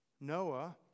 Noah